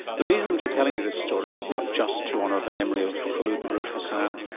the reason for telling you this story is not just to honour the memory of khulod maarouf-hassan.